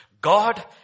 God